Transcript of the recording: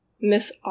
Miss